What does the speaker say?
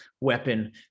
weapon